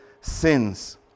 sins